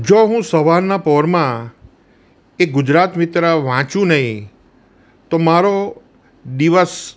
જો હું સવારના પહોરમાં એ ગુજરાત મિત્ર વાંચુ નહીં તો મારો દિવસ